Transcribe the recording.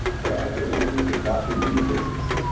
but i really don't think they thought through the use cases.